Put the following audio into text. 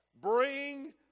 bring